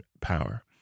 power